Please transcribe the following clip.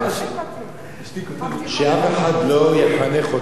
שאף אחד לא יחנך אותנו,